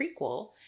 prequel